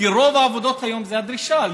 כי ברוב העבודות היום זו הדרישה,